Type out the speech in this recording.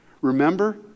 Remember